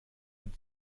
ein